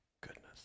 goodness